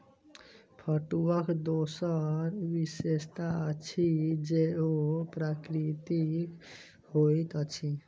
पटुआक दोसर विशेषता अछि जे ओ प्राकृतिक होइत अछि